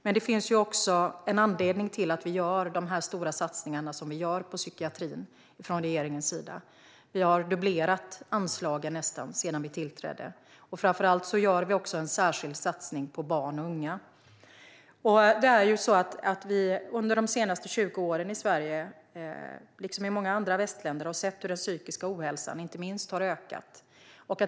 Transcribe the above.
Men det finns också en anledning till att vi gör de stora satsningar som vi gör på psykiatrin från regeringens sida. Vi har nästan dubblerat anslagen sedan vi tillträdde, och framför allt gör vi en särskild satsning på barn och unga. Under de senaste 20 åren har vi i Sverige, liksom i många andra västländer, sett hur inte minst den psykiska ohälsan har ökat.